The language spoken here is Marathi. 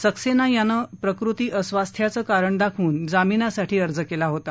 सक्सेना याने प्रकृती अस्वाथयाचं कारण दाखवून जामिनासाठी अर्ज केला होता